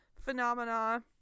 phenomena